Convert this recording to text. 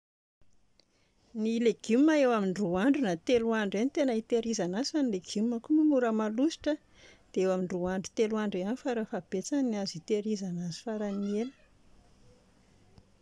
Ny legioma eo amin'ny roa andro na telo andro eo no tena hiterizana azy, fa ny legioma koa moa mora malozotra dia eo amin'ny roa andro telo andro eo ihany fara fahabetsany no azo hitahirizana azy faran'ny ela